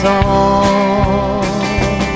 on